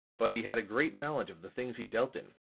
but he had a great knowledge of the things he dealt in.